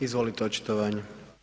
Izvolite, očitovanje.